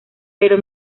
pero